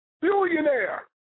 billionaire